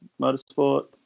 motorsport